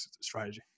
strategy